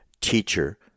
teacher